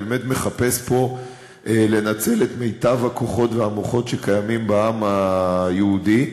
אני באמת מחפש פה לנצל את מיטב הכוחות והמוחות שקיימים בעם היהודי.